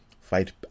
Fight